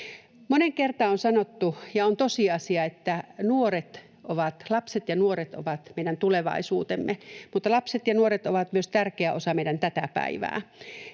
Moneen kertaan on sanottu ja on tosiasia, että lapset ja nuoret ovat meidän tulevaisuutemme, mutta lapset ja nuoret ovat myös tärkeä osa meidän tätä päivää.